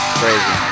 crazy